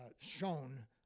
shown